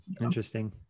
interesting